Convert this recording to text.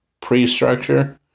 pre-structure